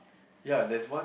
ya there's one